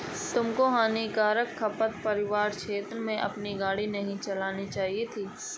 तुमको हानिकारक खरपतवार क्षेत्र से अपनी गाड़ी नहीं लानी चाहिए थी